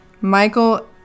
Michael